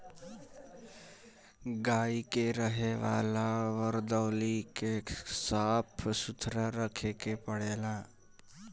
गाई के रहे वाला वरदौली के साफ़ सुथरा रखे के पड़ेला